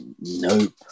Nope